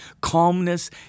calmness